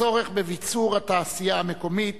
הצורך בביצור התעשייה המקומית